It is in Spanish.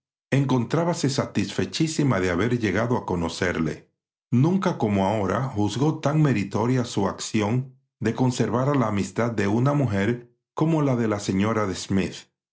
encontrábase satisfechísima de haber llegado a conocerle nunca como ahora juzgó tan meritoria su acción de conservar la amistad de una mujer como la señora de smith